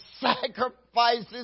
sacrifices